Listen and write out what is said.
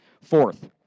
Fourth